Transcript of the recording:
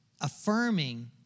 affirming